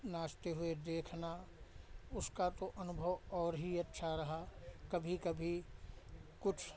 नाचते हुए देखना उसका तो अनुभव और ही अच्छा रहा कभी कभी कुछ